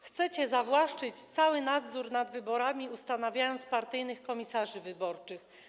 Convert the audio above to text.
Chcecie zawłaszczyć cały nadzór nad wyborami, ustanawiając partyjnych komisarzy wyborczych.